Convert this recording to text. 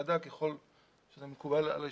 ככל שזה מקובל על יושבת-הראש,